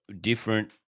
different